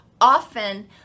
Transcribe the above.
often